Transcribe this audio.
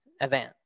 event